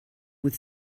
with